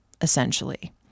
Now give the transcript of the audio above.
essentially